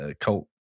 cult